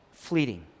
Fleeting